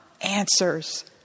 answers